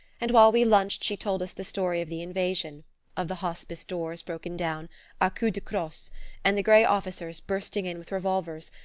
and while we lunched she told us the story of the invasion of the hospice doors broken down a coups de crosse and the grey officers bursting in with revolvers,